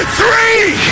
three